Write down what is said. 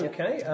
Okay